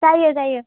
जायो जायो